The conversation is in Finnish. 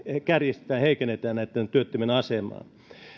kärjistetään ja heikennetään työttömien asemaa